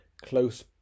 close